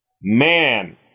Man